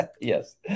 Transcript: Yes